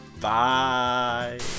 Bye